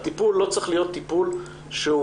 הטיפול לא צריך להיות טיפול חד-ממדי,